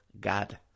God